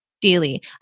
daily